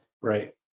right